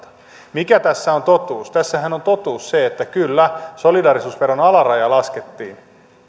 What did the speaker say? mikä tässä on totuus tässähän on totuus se että kyllä solidaarisuusveron alarajaa laskettiin